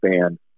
band